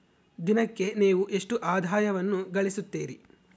ದಿನಕ್ಕೆ ನೇವು ಎಷ್ಟು ಆದಾಯವನ್ನು ಗಳಿಸುತ್ತೇರಿ?